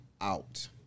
out